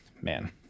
man